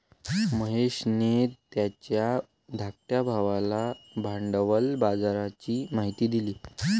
महेशने त्याच्या धाकट्या भावाला भांडवल बाजाराची माहिती दिली